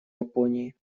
японии